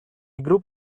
group